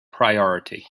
priority